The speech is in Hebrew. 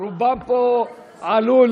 רובם פה עלו.